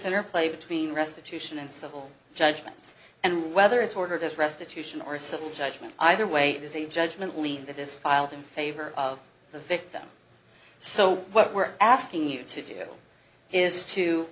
center play between restitution and civil judgments and whether it's ordered this restitution or civil judgment either way it is a judgment lien that is filed in favor of the victim so what we're asking you to do is to